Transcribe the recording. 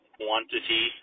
quantity